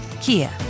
Kia